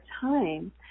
time